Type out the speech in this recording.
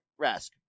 Rask